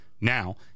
Now